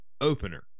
opener